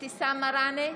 אבתיסאם מראענה,